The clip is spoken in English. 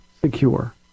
secure